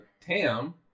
Tam